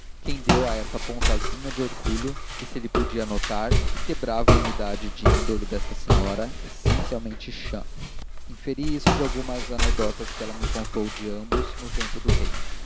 quem deu a esta a pontazinha de orgulho que se lhe podia notar e quebrava a unidade da índole desta senhora essencialmente chã inferi isso de algumas anedotas que ela me contou de ambos no tempo do rei